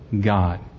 God